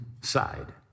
side